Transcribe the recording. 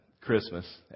Christmas